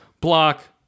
Block